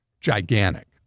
gigantic